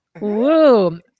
Woo